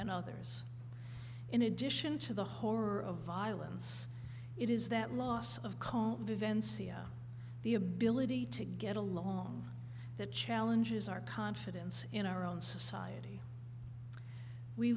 and others in addition to the horror of violence it is that loss of the ability to get along that challenges our confidence in our own society we